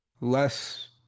Less